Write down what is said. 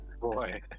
boy